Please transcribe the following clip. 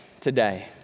today